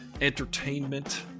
entertainment